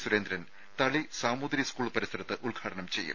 Surendran Thali Samoothiri school പരിസരത്ത് ഉദ്ഘാടനം ചെയ്യും